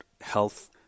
health